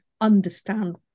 understand